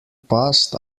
passed